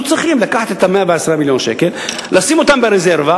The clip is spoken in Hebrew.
היו צריכים לקחת את 110 מיליון השקל ולשים אותם ברזרבה.